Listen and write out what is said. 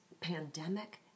pandemic